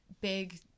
big